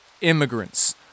immigrants